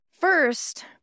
First